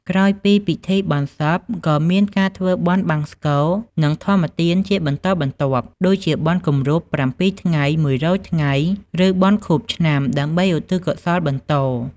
ក្រោយពីពិធីបុណ្យសព ក៏មានការធ្វើបុណ្យបង្សុកូល និងធម្មទានជាបន្តបន្ទាប់ ដូចជាបុណ្យគម្រប់ ៧ ថ្ងៃ ១០០ ថ្ងៃ ឬបុណ្យខួបឆ្នាំ ដើម្បីឧទ្ទិសកុសលបន្ត។